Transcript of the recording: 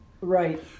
Right